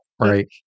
Right